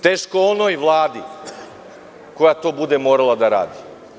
Teško onoj vladi koja to bude morala da radi.